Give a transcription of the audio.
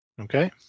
Okay